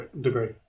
degree